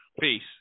Peace